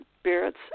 Spirits